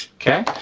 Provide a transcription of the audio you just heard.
okay?